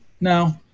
No